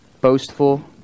boastful